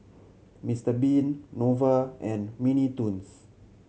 Mister Bean Nova and Mini Toons